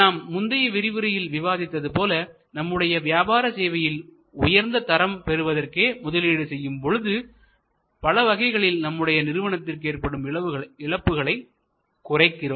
நாம் முந்தைய விரிவுரையில் விவாதித்தது போல நம்முடைய வியாபார சேவையில் உயர்ந்த தரம் பெறுவதற்காக முதலீடு செய்யும் பொழுது பலவகைகளில் நம்முடைய நிறுவனத்துக்கு ஏற்படும் இழப்புகளை குறைக்கிறோம்